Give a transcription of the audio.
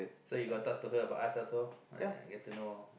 so you got talk to her about us also you get to know